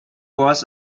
was